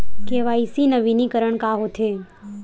KYC नवीनीकरण का होथे?